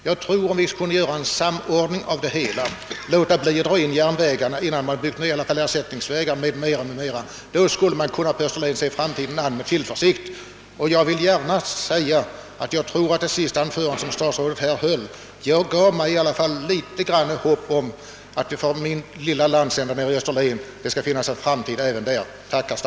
Jag tror att om en samordning kunde komma till stånd — så att man lät bli att lägga ned järnvägar innan ersättningsvägar byggts m.m. — skulle vi i Österlen kunna se framtiden an med tillförsikt. Statsrådets senaste anförande gav mig i alla fall något hopp om att det skall finnas en framtid även för vår lilla landsända. Tack, herr statsråd! bättra levnadsförhållandena i glesbygderna